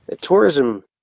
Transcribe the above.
tourism